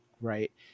right